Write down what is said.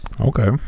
Okay